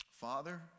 Father